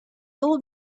old